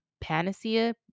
panacea